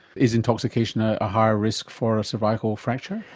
is intoxication ah a higher risk for a cervical fracture?